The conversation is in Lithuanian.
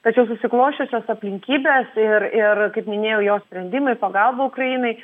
tačiau susiklosčiusios aplinkybės ir ir kaip minėjau jo sprendimai pagalba ukrainai